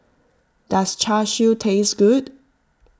does Char Siu taste good